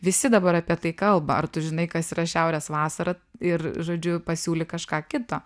visi dabar apie tai kalba ar tu žinai kas yra šiaurės vasara ir žodžiu pasiūlyk kažką kito